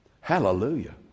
Hallelujah